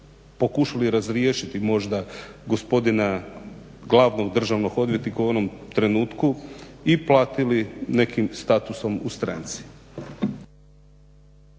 pokušali razriješiti možda gospodina glavnog državnog odvjetnika u onom trenutku i platili nekim statusom u stranci.